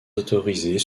autorisés